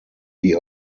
wie